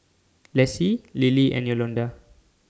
Lessie Lilie and Yolonda